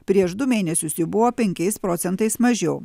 prieš du mėnesius jų buvo penkiais procentais mažiau